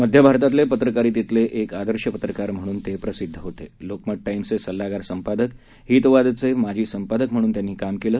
मध्य भारतातले पत्रकारितेतले एक आदर्श पत्रकार म्हणून ते प्रसिद्ध होते लोकमत ईम्सचे सल्लागार संपादक हितवादचे माजी संपादक म्हणून त्यांनी काम केलं